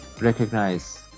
recognize